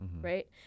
right